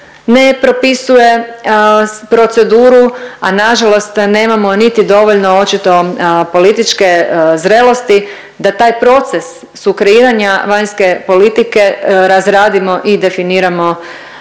ne propisuje proceduru, a nažalost nemamo niti dovoljno očito političke zrelosti da taj proces sukreiranja vanjske politike razradimo i definiramo